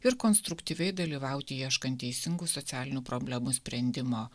ir konstruktyviai dalyvauti ieškant teisingų socialinių problemų sprendimo